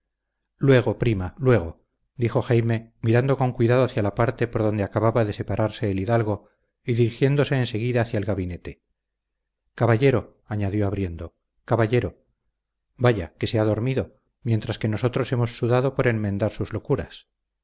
luego prima luego dijo jaime mirando con cuidado hacia la parte por donde acababa de separarse el hidalgo y dirigiéndose en seguida hacia el gabinete caballero añadió abriendo caballero vaya que se ha dormido mientras que nosotros hemos sudado por enmendar sus locuras